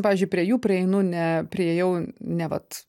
pavyzdžiui prie jų prieinu ne priėjau ne vat